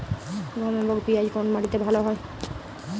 গম এবং পিয়াজ কোন মাটি তে ভালো ফলে?